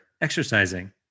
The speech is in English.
exercising